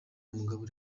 umugabo